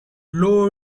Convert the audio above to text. low